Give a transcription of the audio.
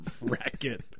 racket